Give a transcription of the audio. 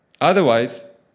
Otherwise